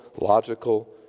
logical